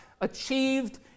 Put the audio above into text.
achieved